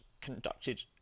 conducted